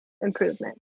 improvement